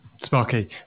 sparky